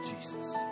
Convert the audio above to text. Jesus